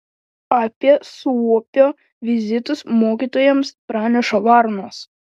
apie suopio vizitus mokytojams praneša varnos